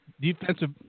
defensive